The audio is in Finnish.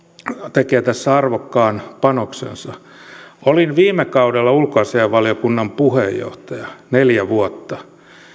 tekee tässä arvokkaan panoksensa olin viime kaudella ulkoasiainvaliokunnan puheenjohtaja neljä vuotta